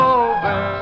over